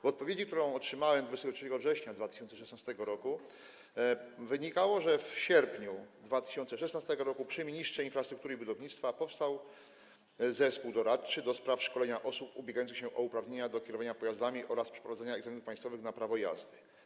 Z odpowiedzi, którą otrzymałem 23 września 2016 r., wynikało, że w sierpniu 2016 r. przy ministrze infrastruktury i budownictwa powstał Zespół doradczy do spraw szkolenia osób ubiegających się o uprawnienia do kierowania pojazdami oraz przeprowadzenia egzaminów państwowych na prawo jazdy.